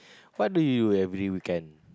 what do you do every weekend